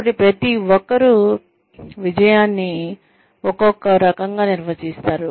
కాబట్టి ప్రతి ఒక్కరూ విజయాన్ని ఒక్కొక్కరకంగా నిర్వచిస్తారు